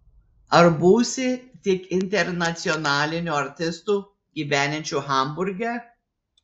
ar būsi tik internacionaliniu artistu gyvenančiu hamburge